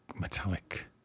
metallic